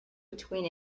between